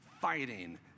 fighting